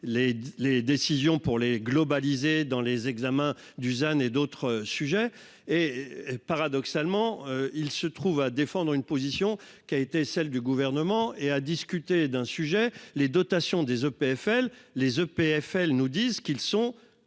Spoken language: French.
les décisions pour les globaliser dans les examens Dusan et d'autres sujets et paradoxalement, il se trouve à défendre une position qui a été celle du gouvernement et à discuter d'un sujet les dotations des EPFL les EPFL nous disent qu'ils sont